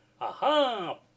aha